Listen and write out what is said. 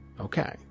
Okay